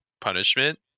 punishment